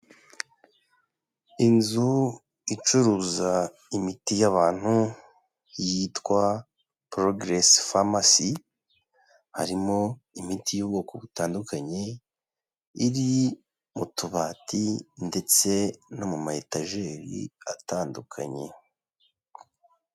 Inzu icuruza imiti y'abantu, yitwa Progress Pharmacy, harimo imiti y'ubwoko butandukanye, iri mu tubati ndetse no mu ma etajeri atandukanye.